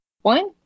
one